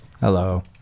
Hello